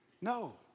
no